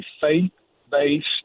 faith-based